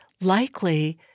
likely